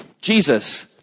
Jesus